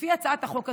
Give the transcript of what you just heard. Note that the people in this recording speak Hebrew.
לפי הצעת החוק הזו,